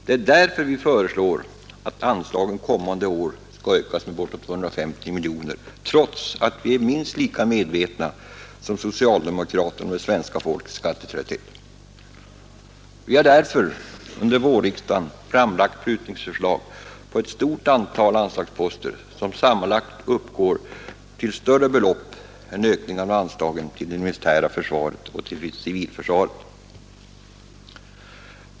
Det är därför vi föreslår att anslagen kommande budgetår skall ökas med bortåt 250 miljoner kronor, trots att vi är minst lika medvetna som socialdemokraterna om det svenska folkets skattetrötthet. Vi har därför under vårriksdagen framlagt prutningsförslag på ett stort antal anslagsposter, som sammanlagt uppgår till större belopp än ökningen av anslaget till det militära försvaret och till civilförsvaret.